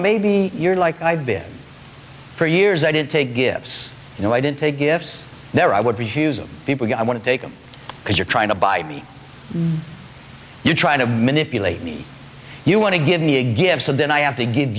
maybe you're like i've been for years i didn't take gives you no i didn't take gifts there i would refuse people go i want to take them because you're trying to buy me you're trying to manipulate me you want to give me a gift so then i have to give